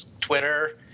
Twitter